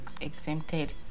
exempted